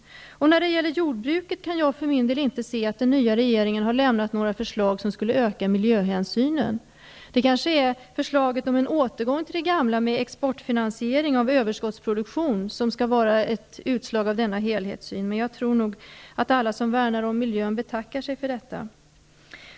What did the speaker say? I fråga om jordbruket kan jag inte se att den nya regeringen har lagt fram några förslag som skulle bidra till att öka miljöhänsynen. Det kanske är förslaget om återgång till det gamla med exportfinansiering av överskottsproduktion som skall vara ett utslag av denna helhetssyn, men jag tror att alla som värnar om miljön betackar sig för detta.